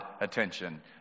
attention